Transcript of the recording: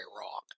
wrong